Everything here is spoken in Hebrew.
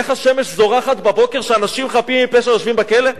איך השמש זורחת בבוקר כשאנשים חפים מפשע יושבים בכלא?